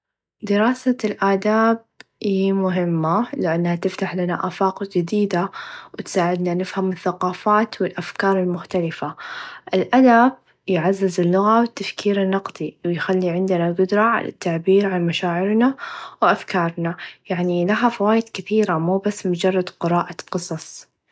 دراسه الآداب إي مهمه لأنها تفتح لنا آفاق چديده و تساعدنا نفهم الثقافات و الأفكار المختلفه الأدب يعزز اللغه و التفكير النقدي و يخلي عندنا القدره على التعبير عن مشاعرنا و أفكارنا يعني لها فوايد كبيره مو بس مچرد قرائه قصص.